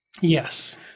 Yes